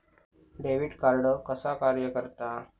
Debit card कसा कार्य करता?